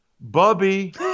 Bubby